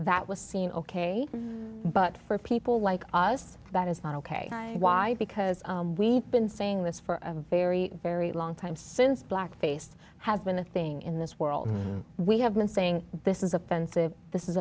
that was seen ok but for people like us that is not ok why because we've been saying this for a very very long time since black face has been the thing in this world we have been saying this is offensive this is